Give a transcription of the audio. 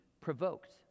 provoked